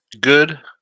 Good